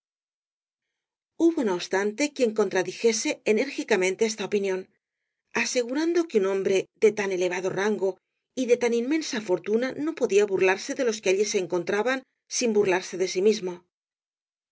hubo no obstante quien contradijese enérgicamente esta opinión asegurando que un hombre de tan elevado rango y de tan inmensa fortuna no podía burlarse de los que allí se encontraban sin burlarse de sí mismo